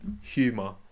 Humor